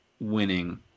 winning